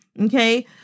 Okay